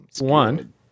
One